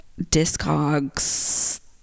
Discogs